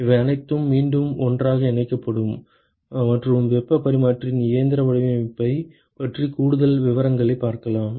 இவை அனைத்தும் மீண்டும் ஒன்றாக இணைக்கப்படும் மற்றும் வெப்பப் பரிமாற்றியின் இயந்திர வடிவமைப்பைப் பற்றிய கூடுதல் விவரங்களைப் பார்க்கலாம்